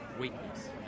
weakness